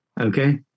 okay